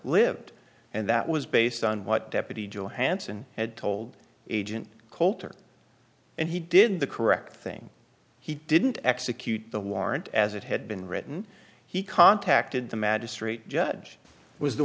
lived and that was based on what deputy johansen had told agent coulter and he did the correct thing he didn't execute the warrant as it had been written he contacted the magistrate judge was the